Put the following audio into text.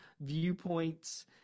viewpoints